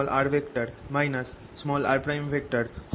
r r